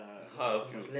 half you